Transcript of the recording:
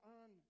on